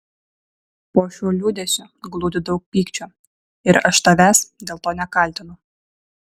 po šiuo liūdesiu glūdi daug pykčio ir aš tavęs dėl to nekaltinu